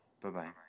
Bye-bye